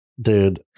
Dude